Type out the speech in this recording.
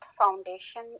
foundation